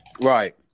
Right